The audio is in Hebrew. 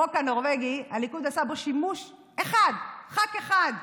החוק הנורבגי, הליכוד עשה בו שימוש אחד, ח"כ אחד.